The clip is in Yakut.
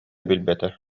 билбэтэ